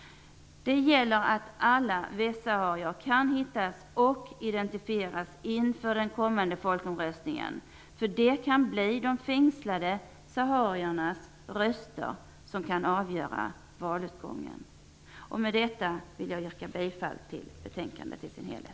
Det gäller att alla västsaharier kan hittas och identifieras inför den kommande folkomröstningen. Det kan bli de fängslade sahariernas röster som avgör valutgången. Med detta vill jag yrka bifall till hemställan i betänkandet i dess helhet.